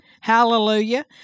hallelujah